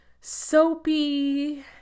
soapy